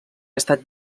estat